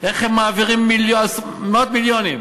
איך הם מעבירים מאות מיליונים.